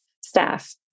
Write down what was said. staff